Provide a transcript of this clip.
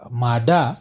mada